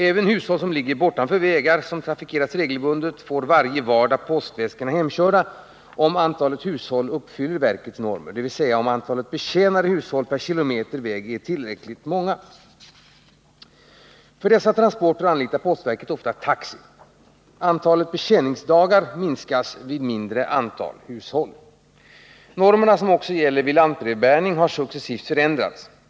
Även hushåll som ligger bortom vägar som trafikeras regelbundet får varje vardag postväskorna hemkörda om antalet hushåll uppfyller verkets normer, dvs. om antalet betjänade hushåll per kilometer väg är tillräckligt stort. För dessa transporter anlitar postverket ofta taxi. Antalet betjäningsdagar minskas vid mindre antal hushåll. Normerna, som också gäller vid lantbrevbäring, har successivt förändrats.